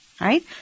right